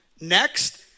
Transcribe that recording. next